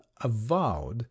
avowed